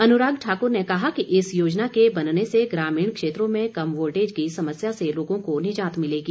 अनुराग ठाकुर ने कहा कि इस योजना के बनने से ग्रामीण क्षेत्रों में कम वोल्टेज की समस्या से लोगों को निजात मिलेगी